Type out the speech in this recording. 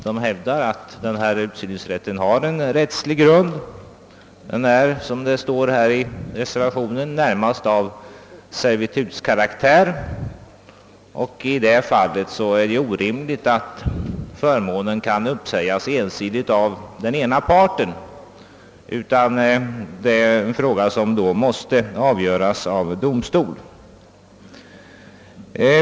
De hävdar att utsyningsrätten har en rättslig grund. Den är, som det står i reservationen, närmast »av servitutskaraktär», och det anses därför orimligt att förmånen skall kunna uppsägas ensidigt av den ena parten, utan den frågan måste avgöras av domstol.